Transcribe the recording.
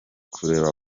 kureba